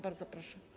Bardzo proszę.